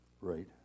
right